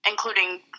including